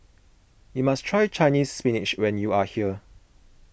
you must try Chinese Spinach when you are here